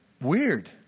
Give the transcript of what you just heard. weird